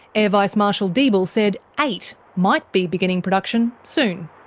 air vice marshal deeble said eight might be beginning production soon.